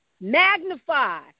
Magnify